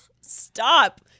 stop